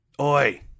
Oi